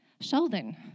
Sheldon